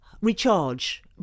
recharge